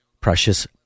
precious